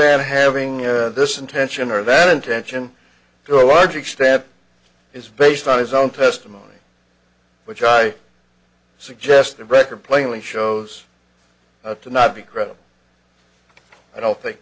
and having this intention or that intention to a large extent is based on his own testimony which i suggest the record plainly shows that to not be credible i don't think